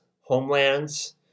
homelands